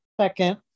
Second